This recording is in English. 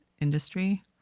industry